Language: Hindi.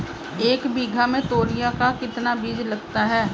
एक बीघा में तोरियां का कितना बीज लगता है?